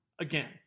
again